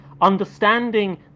Understanding